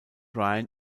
ryan